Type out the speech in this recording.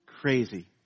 Crazy